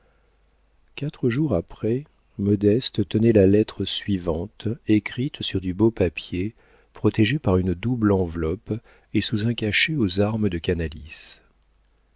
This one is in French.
quatre jours après modeste tenait la lettre suivante écrite sur du beau papier protégée par une double enveloppe et sous un cachet aux armes de canalis